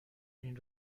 این